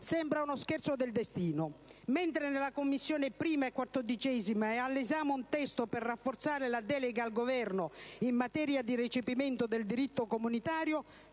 sembra uno scherzo del destino, ma mentre nelle Commissioni 1a e 14a è all'esame un testo per rafforzare la delega al Governo in materia di recepimento del diritto comunitario,